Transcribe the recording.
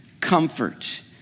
comfort